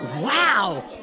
Wow